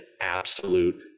absolute